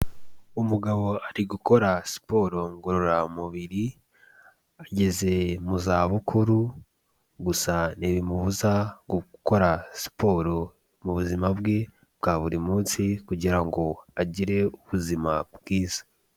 Umugabo ari gukora siporo ngororamubiri, ageze mu zabukuru gusa ntibimubuza gukora siporo mu buzima bwe bwa buri munsi kugira ngo agire ubuzima bwiza.